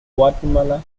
guatemala